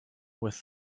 with